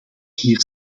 hier